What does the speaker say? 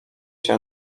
się